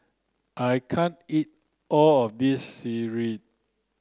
I can't eat all of this Sireh